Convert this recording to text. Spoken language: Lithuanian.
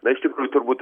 na iš tikrųjų turbūt